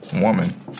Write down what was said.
woman